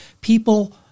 people